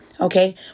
okay